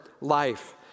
life